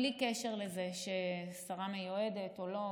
בלי קשר לשרה מיועדת או לא,